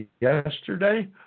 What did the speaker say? yesterday